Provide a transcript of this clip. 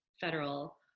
federal